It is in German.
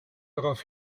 darauf